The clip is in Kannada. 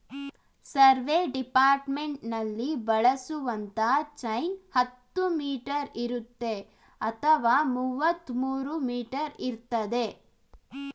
ಸರ್ವೆ ಡಿಪಾರ್ಟ್ಮೆಂಟ್ನಲ್ಲಿ ಬಳಸುವಂತ ಚೈನ್ ಹತ್ತು ಮೀಟರ್ ಇರುತ್ತೆ ಅಥವಾ ಮುವತ್ಮೂರೂ ಮೀಟರ್ ಇರ್ತದೆ